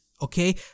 Okay